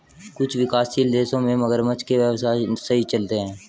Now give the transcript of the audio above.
कुछ विकासशील देशों में मगरमच्छ के व्यवसाय सही चलते हैं